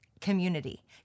community